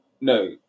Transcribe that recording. No